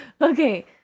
Okay